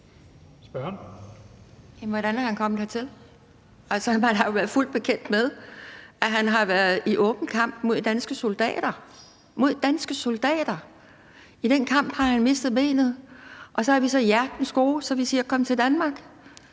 hvordan er han kommet hertil? Altså, man har jo været fuldt ud bekendt med, at han har været i åben kamp mod danske soldater – mod danske soldater. I den kamp har han mistet benet, og så er vi så hjertens gode, at vi siger: Kom til Danmark,